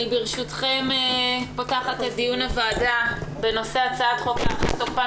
אני פותחת את דיון הוועדה בנושא: הצעת חוק להארכת תוקפן